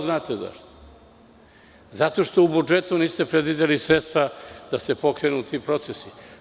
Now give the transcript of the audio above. Zato što u budžetu niste predvideli sredstva da se pokrenu ti procesi.